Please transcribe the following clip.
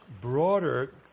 broader